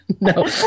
No